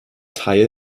teil